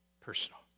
personal